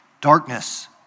darkness